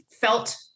felt